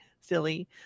silly